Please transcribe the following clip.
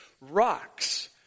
rocks